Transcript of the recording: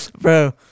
Bro